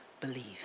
believe